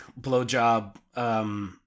Blowjob